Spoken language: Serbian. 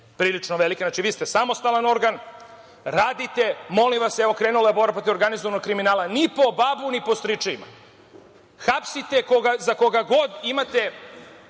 prilično velika. Znači, vi ste samostalan organ, radite. Molim vas, evo krenula je borba protiv organizovanog kriminala, ni po babu ni po stričevima. Hapsite za koga god imate